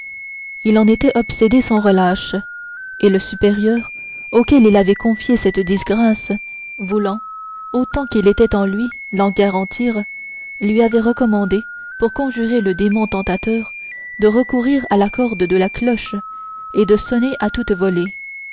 il en était obsédé sans relâche et le supérieur auquel il avait confié cette disgrâce voulant autant qu'il était en lui l'en garantir lui avait recommandé pour conjurer le démon tentateur de recourir à la corde de la cloche et de sonner à toute volée